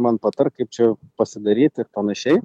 man patark kaip čia pasidaryti ir panašiai